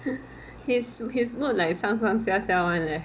his his mood like 上上下下 [one] leh